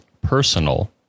Personal